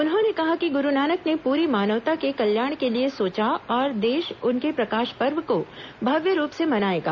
उन्होंने कहा कि गुरुनानक ने पूरी मानवता के कल्याण के लिए सोचा और देश उनके प्रकाश पर्व को भव्य रूप से मनाएगा